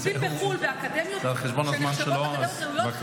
לימודים בחו"ל באקדמיות שנחשבות אקדמיות ראויות,